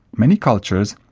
many cultures,